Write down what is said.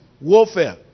warfare